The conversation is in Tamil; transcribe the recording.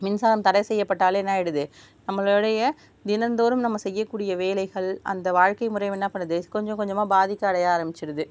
மின்சாரம் தடை செய்யப்பட்டாலே என்ன ஆகிடுது நம்மளுடைய தினந்தோறும் நம்ம செய்யக்கூடிய வேலைகள் அந்த வாழ்க்கை முறை என்ன பண்ணுது கொஞ்சம் கொஞ்சமாக பாதிக்கடைய ஆரம்மிச்சிடுது